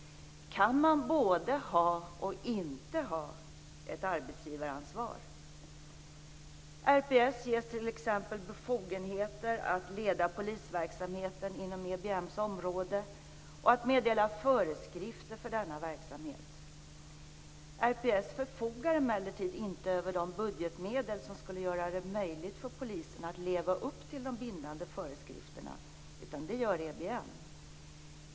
Kan man både ha och inte ha ett arbetsgivaransvar? RPS ges t.ex. befogenhet att leda polisverksamheten inom EBM:s område och att meddela föreskrifter för denna verksamhet. RPS förfogar emellertid inte över de budgetmedel som skulle göra det möjligt för polisen att leva upp till de bindande föreskrifterna, utan det gör EBM.